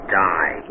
die